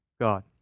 God